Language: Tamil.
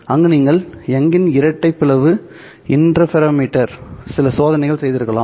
அங்கு நீங்கள் யங்கின்Young's இரட்டை பிளவு இன்டர்ஃபெரோமீட்டரில் சில சோதனைகளை செய்திருக்கலாம்